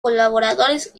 colaboradores